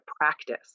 practice